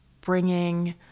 bringing